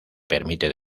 permite